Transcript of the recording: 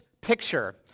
picture